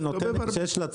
למשק.